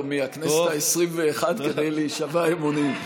מהכנסת העשרים-ואחת כדי להישבע אמונים,